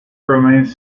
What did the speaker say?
remains